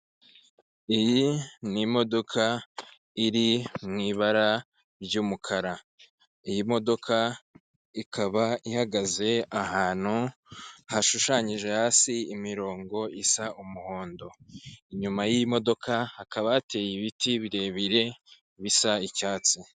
Iyi ni imodoka iri mu ibara ry'umukara, iyi modoka ikaba ihagaze ahantu hashushanyije hasi imirongo isa umuhondo, inyuma y'iyi modoka hakaba hateye ibiti birebire bisa icyatsi.